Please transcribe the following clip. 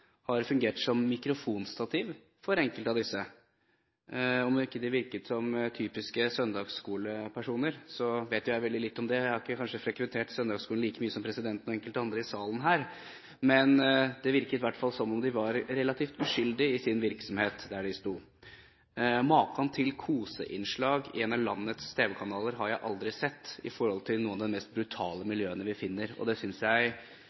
har fungert som mikrofonstativ for enkelte av disse. Om personene der virket som typiske søndagsskolepersoner, vet jeg veldig lite om – jeg har kanskje ikke frekventert søndagsskolen like mye som presidenten og enkelte andre i salen her – men det virket i hvert fall som om de var relativt uskyldige i sin virksomhet, der de sto. Maken til koseinnslag i en av landets tv-kanaler har jeg aldri sett i forhold til noen av de mest brutale miljøene vi finner. Vi kan ikke akkurat instruere media, men hvis det